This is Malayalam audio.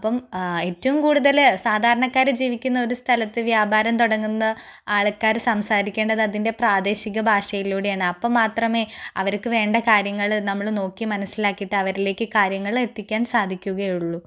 അപ്പം ഏറ്റവും കൂടുതൽ സാധാരണക്കാര് ജീവിക്കുന്ന ഒരു സ്ഥലത്ത് വ്യാപാരം തുടങ്ങുന്ന ആൾക്കാർ സംസാരിക്കേണ്ടത് അതിൻ്റെ പ്രാദേശിക ഭാഷയിലൂടെയാണ് അപ്പം മാത്രമേ അവർക്ക് വേണ്ട കാര്യങ്ങൾ നമ്മൾ നോക്കി മനസ്സിലാക്കിയിട്ട് അവരിലേക്ക് കാര്യങ്ങൾ എത്തിക്കാൻ സാധിക്കുകയുള്ളൂ